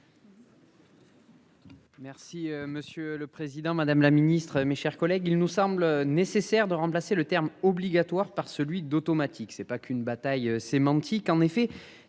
Merci, monsieur le Président Madame la Ministre, mes chers collègues. Il nous semble nécessaire de remplacer le terme obligatoire par celui d'automatique, c'est pas qu'une bataille sémantique en effet